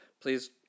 please